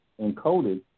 encoded